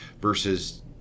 versus